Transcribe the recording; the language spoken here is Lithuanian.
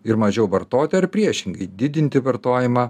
ir mažiau vartot ar priešingai didinti vartojimą